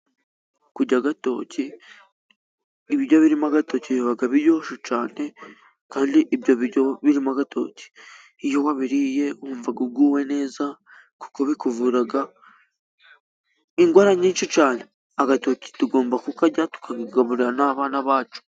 Kurya agatoki, ibiryo birimo agatoki biba biryoshye cyane, kandi ibyo biryo birimo agatoki iyo wabiririye wumva uguwe neza, kuko bikuvura indwara nyinshi cyane. Agatoki tugomba kukarya tukakagaburira n'abana bacu.